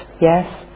yes